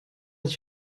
het